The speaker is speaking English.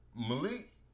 Malik